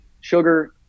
sugar